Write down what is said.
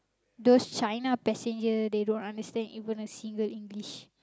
those China passenger they don't understand even a single English